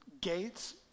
gates